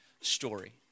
story